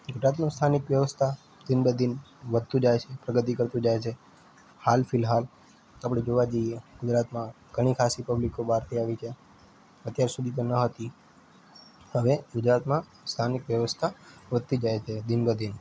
ગુજરાતનું સ્થાનિક વ્યવસ્થા દિન બદિન વધતું જાય છે પ્રગતિ કરતું જાય છે હાલ ફિલહાલ આપણે જોવા જઈએ ગુજરાતમાં ઘણી ખાસી પબ્લિક બહારથી આવી છે અત્યાર સુધી તો ન હતી હવે ગુજરાતમાં સ્થાનિક વ્યવસ્થા વધતી જાય છે દિન બ દિન